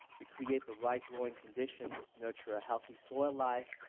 we create the right growing conditions, nurture a healthy soil life,